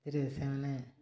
ସେଥିରେ ସେମାନେ